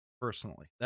Personally